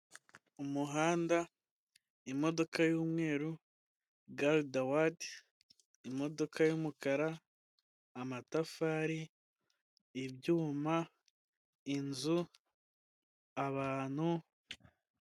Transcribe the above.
Umuhanda imodoka y'umweru garidawadi, imodoka y'umukara, amatafari, ibyuma, inzu abantu.